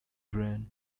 band